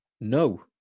No